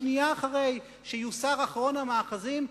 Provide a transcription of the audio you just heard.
שנייה אחרי שיוסר אחרון המאחזים,